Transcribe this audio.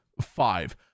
five